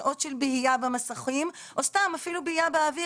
שעות של בהייה במסכים או סתם אפילו בהייה באוויר.